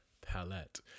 palette